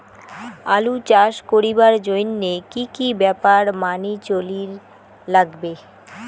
আলু চাষ করিবার জইন্যে কি কি ব্যাপার মানি চলির লাগবে?